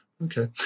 Okay